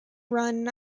run